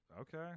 Okay